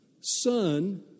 son